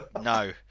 no